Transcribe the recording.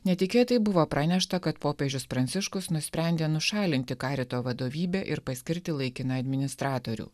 netikėtai buvo pranešta kad popiežius pranciškus nusprendė nušalinti karito vadovybę ir paskirti laikiną administratorių